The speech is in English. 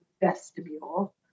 vestibule